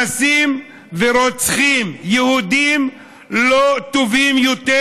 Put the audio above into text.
אנסים ורוצחים יהודים לא טובים יותר